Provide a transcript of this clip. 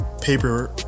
paper